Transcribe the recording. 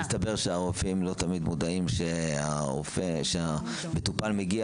רק מסתבר שהרופאים לא תמיד מודעים שהמטופל מגיע